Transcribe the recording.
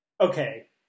okay